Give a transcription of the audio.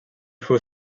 faut